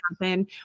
happen